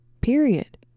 Period